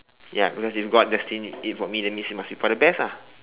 ya because if god destined it it for me that means it must be for the best ah